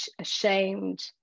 ashamed